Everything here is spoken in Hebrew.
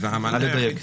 נא לדייק.